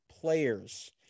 players